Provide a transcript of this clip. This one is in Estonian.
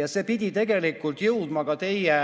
ja see pidi tegelikult jõudma ka teie